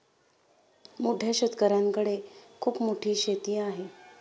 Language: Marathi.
मोठ्या शेतकऱ्यांकडे खूप मोठी शेती आहे